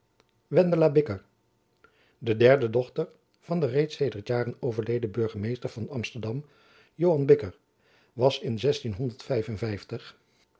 wendela bicker de derde dochter van den reeds sedert jaren overleden burgemeester van amsterdam johan bicker was in